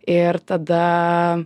ir tada